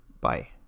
bye